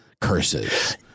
curses